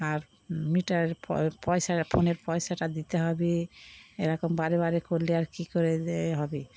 আর মিটারের প পয়সা ফোনের পয়সাটা দিতে হবে এরকম বারে বারে করলে আর কি করে দে হবে